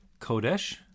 Kodesh